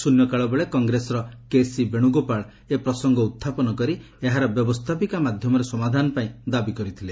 ଶ୍ରନ୍ୟକାଳ ବେଳେ କଂଗ୍ରେସର କେସି ବେଣ୍ରଗୋପାଳ ଏ ପ୍ରସଙ୍ଗ ଉହାପନ କରି ଏହାର ବ୍ୟବସ୍ଥାପିକା ମାଧ୍ୟମରେ ସମାଧାନ ପାଇଁ ଦାବି କରିଥିଲେ